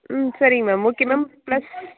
ம் சரிங்க ma'am okay ma'am plus